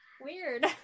Weird